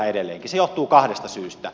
se johtuu kahdesta syystä